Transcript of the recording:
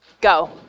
Go